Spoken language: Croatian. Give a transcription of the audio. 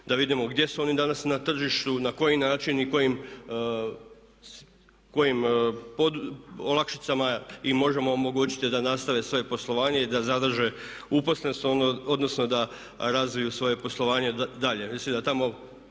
da vidimo gdje su oni danas na tržištu na koji način i kojim olakšicama im možemo omogućiti da nastave svoje poslovanje i da zadrže uposlenost, odnosno da razviju svoje poslovanje dalje.